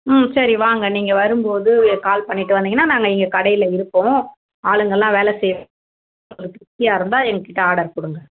ம் சரி வாங்க நீங்கள் வரும் போது கால் பண்ணிகிட்டு வந்தீங்கன்னா நாங்கள் இங்கே கடையில் இருப்போம் ஆளுங்கெல்லாம் வேலை செய் திருப்தியாக இருந்தால் எங்கக்கிட்ட ஆடர் கொடுங்க